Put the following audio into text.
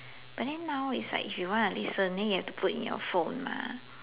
but then now is like if you want to listen then you have to put in your phone mah